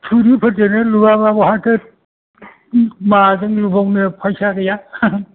थुरिफोरजोंनो लुवाबा बहाथो माजों लुबावनो फैसा गैया